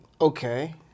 Okay